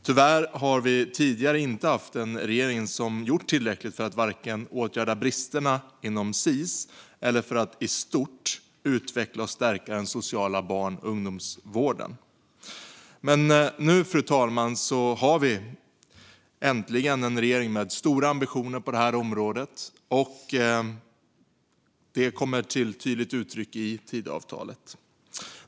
Tyvärr har vi tidigare inte haft en regering som gjort tillräckligt för att åtgärda bristerna inom Sis eller i stort utveckla och stärka den sociala barn och ungdomsvården. Men nu, fru talman, har vi äntligen en regering med stora ambitioner på det här området. Det kommer till tydligt uttryck i Tidöavtalet.